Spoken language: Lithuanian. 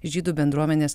žydų bendruomenės